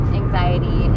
anxiety